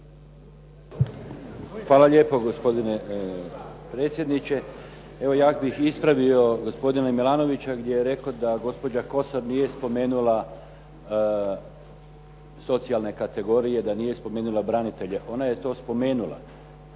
Hvala lijepo gospodine predsjedniče. Evo, ja bih ispravio gospodina Milanovića, gdje je rekao da gospođa Kosor nije spomenula socijalne kategorije, da nije spomenula branitelje, ona je to spomenula,